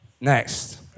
Next